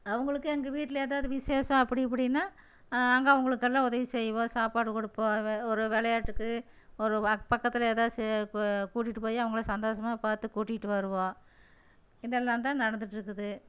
அவங்களுக்கும் எங்கள் வீட்டில் ஏதாவது விசேஷம் அப்படி இப்படின்னா அங்கே அவங்களுக்கெல்லாம் உதவி செய்வோம் சாப்பாடு கொடுப்போம் ஒரு விளையாட்டுக்கு ஒரு பக்கத்தில் எதாச்சும் கூட்டிகிட்டு போய் அவங்கள சந்தோஷமாக பார்த்து கூட்டிகிட்டு வருவோம் இதெல்லாம்தான் நடந்துகிட்ருக்குது